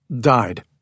Died